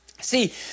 See